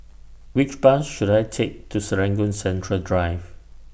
Which Bus should I Take to Serangoon Central Drive